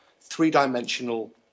three-dimensional